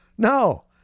No